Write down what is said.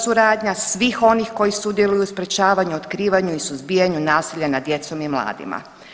suradnja svih onih koji sudjeluju u sprječavanju, otkrivanju i suzbijanju nasilja nad djecom i mladima.